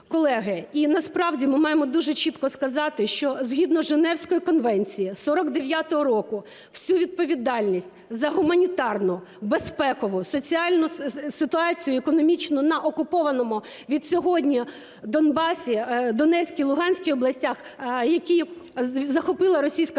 і насправді ми маємо дуже чітко сказати, що згідно Женевської конвенції 49-го року всю відповідальність за гуманітарну, безпекову, соціальну ситуацію, економічну на окупованому від сьогодні Донбасі, Донецькій і Луганській областях, які захопила Російська Федерація